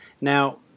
Now